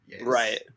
Right